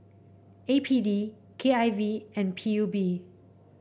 A P D K I V and P U B